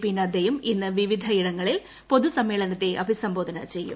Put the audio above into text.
P നദ്ദയും ഇന്ന് വിവിധ ഇടങ്ങളിൽ പൊതുസമ്മേളനത്തെ അഭിസംബോധന ചെയ്യും